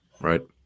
right